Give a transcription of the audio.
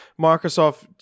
Microsoft